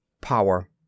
power